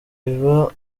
biba